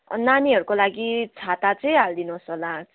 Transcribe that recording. नानीहरूको लागि छाता चाहिँ हालिदिनु होस् होला